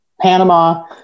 Panama